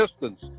distance